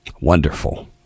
Wonderful